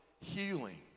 healing